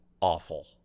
awful